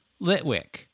Litwick